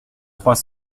trois